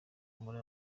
muri